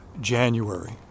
January